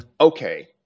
Okay